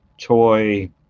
toy